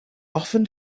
often